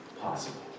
possible